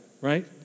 Right